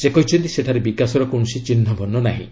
ସେ କହିଛନ୍ତି ସେଠାରେ ବିକାଶର କୌଣସି ଚିହ୍ନବର୍ଣ୍ଣ ନାହିଁ